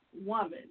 woman